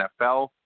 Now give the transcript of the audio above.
NFL